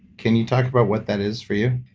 can you talk about what that is for you?